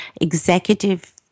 executive